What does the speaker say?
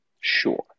Sure